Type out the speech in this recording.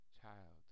child